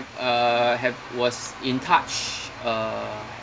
uh have was in touch uh